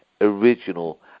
original